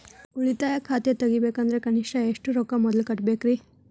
ಉಳಿತಾಯ ಖಾತೆ ತೆಗಿಬೇಕಂದ್ರ ಕನಿಷ್ಟ ಎಷ್ಟು ರೊಕ್ಕ ಮೊದಲ ಕಟ್ಟಬೇಕ್ರಿ?